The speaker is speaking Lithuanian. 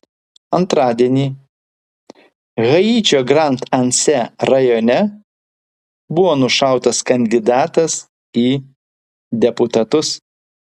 antradienį haičio grand anse rajone buvo nušautas kandidatas į deputatus